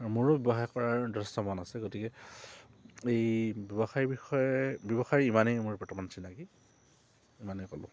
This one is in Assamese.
আৰু মোৰো ব্যৱসায় কৰাৰ যথেষ্ট মন আছে গতিকে এই ব্যৱসায় বিষয়ে ব্যৱসায়ী ইমানেই মোৰ বৰ্তমান চিনাকি ইমানেই ক'লোঁ